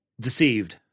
deceived